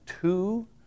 two